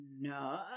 No